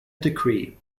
decree